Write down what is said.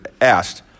asked